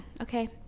Okay